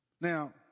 Now